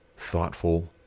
thoughtful